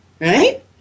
right